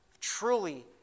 truly